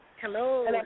Hello